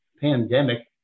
pandemic